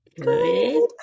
Good